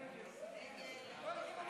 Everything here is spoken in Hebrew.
ההצעה להעביר את